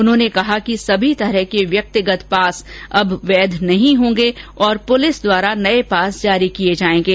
उन्होंने कहा कि सभी तरह के व्यक्तिगत पास अब वैध नहीं होंगे और पुलिस द्वारा नये पास जारी किए जाएंगे